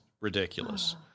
ridiculous